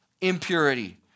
impurity